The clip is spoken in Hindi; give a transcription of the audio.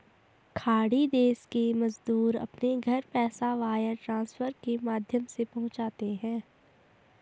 खाड़ी देश के मजदूर अपने घर पैसा वायर ट्रांसफर के माध्यम से पहुंचाते है